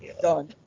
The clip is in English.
done